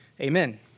amen